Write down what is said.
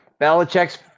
Belichick's